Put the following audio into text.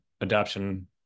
adoption